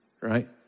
Right